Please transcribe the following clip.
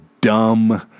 dumb